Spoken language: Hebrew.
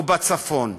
או בצפון,